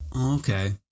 Okay